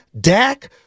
Dak